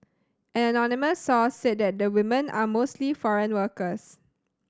an anonymous source said that the woman are mostly foreign workers